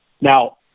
Now